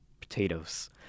potatoes